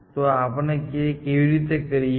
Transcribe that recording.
તો આપણે તે કેવી રીતે કરીએ